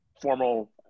formal